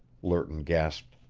lerton gasped.